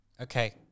okay